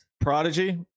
Prodigy